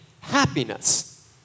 happiness